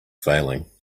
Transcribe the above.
failing